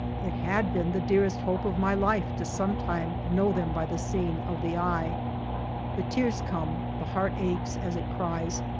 it had been the dearest hope of my life to some time know them by the seeing of the eye the tears come, the heart aches, as it cries,